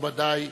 מכובדיי כולם.